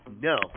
No